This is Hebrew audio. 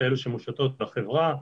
כאלה שמושתות בחברה,